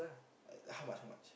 eh how much how much